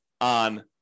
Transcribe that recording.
on